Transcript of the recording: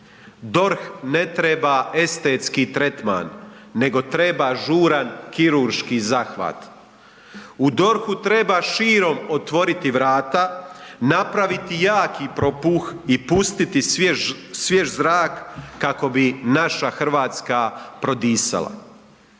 DORH ne treba estetski tretman nego treba žuran kirurški zahvat. U DORH-u treba širom otvoriti vrata, napraviti jaki propuh i pustiti svjež zrak kako bi naša Hrvatska prodisala.